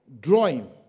drawing